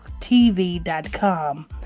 TV.com